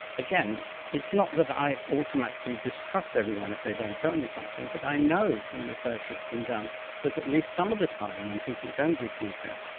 again it's not that i automatically distrust everyone if they don't tell me something but i know from research that's been done that at least some of the time when people don't give details,